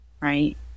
right